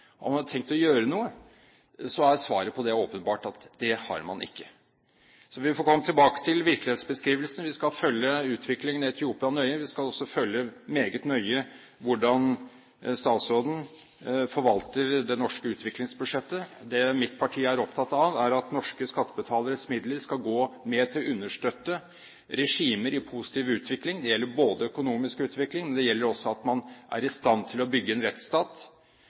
om man har tenkt å gjøre noe, er at det har man åpenbart ikke. Så vi får komme tilbake til virkelighetsbeskrivelsen. Vi skal følge utviklingen i Etiopia nøye, og vi skal også følge meget nøye hvordan statsråden forvalter det norske utviklingsbudsjettet. Det mitt parti er opptatt av, er at norske skattebetaleres midler skal gå med til å understøtte regimer i positiv utvikling. Det gjelder økonomisk utvikling, men det gjelder også at man er i stand til å bygge en rettsstat,